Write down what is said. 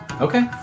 Okay